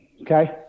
okay